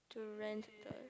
to rent the